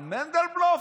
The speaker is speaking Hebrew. אבל מנדלבלוף?